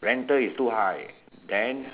rental is too high then